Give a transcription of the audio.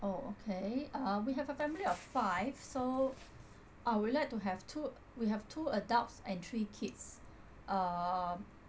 oh okay uh we have a family of five so I would like to have two we have two adults and three kids uh